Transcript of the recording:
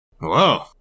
Whoa